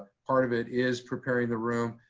part of it is preparing the room,